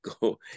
go